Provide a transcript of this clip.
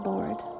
Lord